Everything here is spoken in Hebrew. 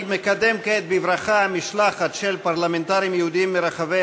אני מקדם כעת בברכה משלחת של פרלמנטרים יהודים מרחבי